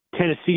Tennessee